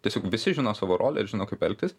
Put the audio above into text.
tiesiog visi žino savo rolę ir žino kaip elgtis